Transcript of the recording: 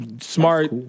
smart